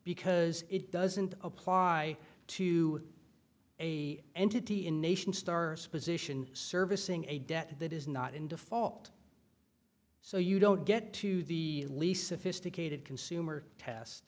because it doesn't apply to a entity in nation stars position servicing a debt that is not in default so you don't get to the lease sophisticated consumer test